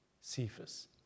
Cephas